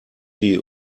die